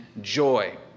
joy